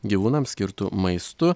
gyvūnams skirtu maistu